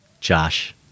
Josh